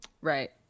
Right